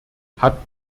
hat